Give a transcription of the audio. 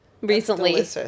Recently